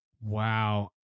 Wow